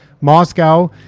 Moscow